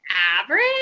average